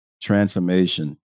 transformation